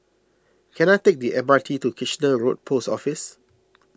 can I take the M R T to Kitchener Road Post Office